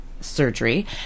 surgery